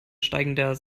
steigender